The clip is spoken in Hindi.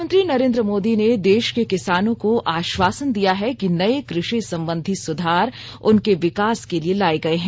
प्रधानमंत्री नरेंद्र मोदी ने देश के किसानों को आश्वासन दिया है कि नए कृषि संबंधी सुधार उनके विकास के लिए लाए गए हैं